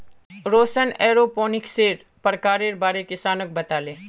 रौशन एरोपोनिक्सेर प्रकारेर बारे किसानक बताले